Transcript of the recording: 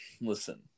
listen